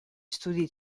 studi